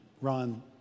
Ron